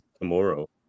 tomorrow